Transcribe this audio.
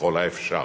ככל האפשר.